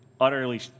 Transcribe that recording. utterly